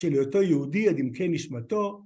שלאותו יהודי עד עמקי נשמתו.